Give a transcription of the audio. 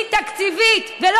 שקלים, את